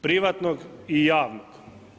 Privatnog i javnog.